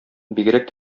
бигрәк